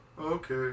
Okay